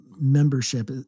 membership